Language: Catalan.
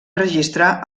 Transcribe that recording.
registrar